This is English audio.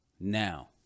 now